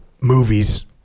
movies